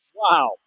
wow